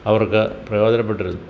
അവർക്ക് പ്രയോജനപ്പെട്ടിരുന്നു